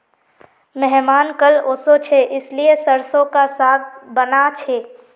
मेहमान कल ओशो छे इसीलिए सरसों का साग बाना छे